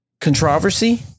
controversy